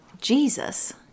Jesus